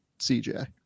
CJ